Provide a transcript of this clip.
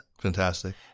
Fantastic